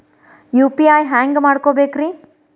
UPI ಹ್ಯಾಂಗ ಮಾಡ್ಕೊಬೇಕ್ರಿ?